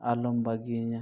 ᱟᱞᱚᱢ ᱵᱟᱹᱜᱤᱭᱟᱹᱧᱟ